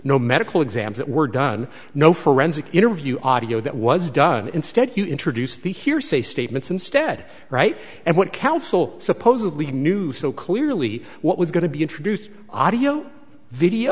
no medical exams that were done no forensic interview audio that was done instead you introduce the hearsay statements instead right and what counsel supposedly knew so clearly what was going to be introduced audio video